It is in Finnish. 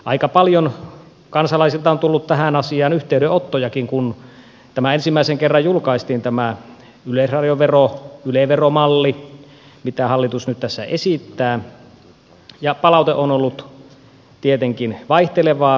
aika paljon kansalaisilta on tullut tästä asiasta yhteydenottojakin kun ensimmäisen kerran julkaistiin tämä yleisradiovero yle veromalli mitä hallitus nyt tässä esittää ja palaute on ollut tietenkin vaihtelevaa